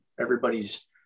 everybody's